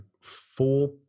four